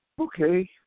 Okay